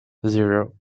zero